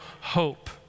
hope